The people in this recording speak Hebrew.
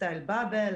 סטייל bubble,